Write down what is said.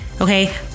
okay